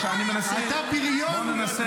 כבוד השר --- גדול המסיתים הוא.